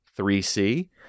3C